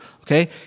okay